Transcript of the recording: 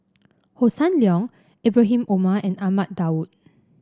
Hossan Leong Ibrahim Omar and Ahmad Daud